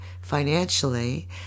financially